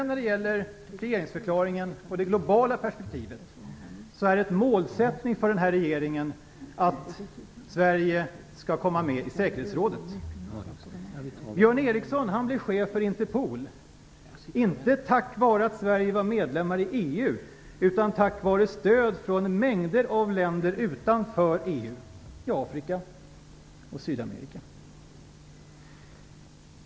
När det gäller regeringsförklaringen och det globala perspektivet är en målsättning för den här regeringen att Sverige skall komma med i säkerhetsrådet. Björn Eriksson blev chef för Interpol, inte tack vare att Sverige var medlem i EU, utan tack vare stöd från mängder av länder utanför EU, i Afrika och Sydamerika.